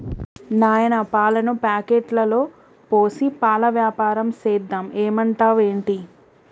నాయనా పాలను ప్యాకెట్లలో పోసి పాల వ్యాపారం సేద్దాం ఏమంటావ్ ఏంటి